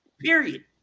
Period